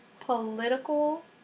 political